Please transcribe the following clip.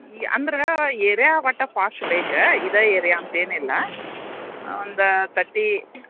ಈ ಅಂದ್ರೆ ಏರಿಯಾ ಒಟ್ಟು ಪಾಶ್ ಬೇಕು ಇದೇ ಏರಿಯಾ ಅಂತೇನಿಲ್ಲ ಒಂದು ತಟ್ಟಿ